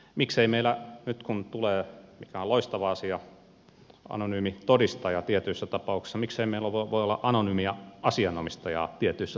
miksei meillä nyt kun tulee mikä on loistava asia anonyymi todistaja tietyissä tapauksissa voi olla anonyymia asianomistajaa tietyissä tapauksissa